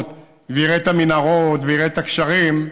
ויראה את המנהרות ויראה את הגשרים.